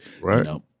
Right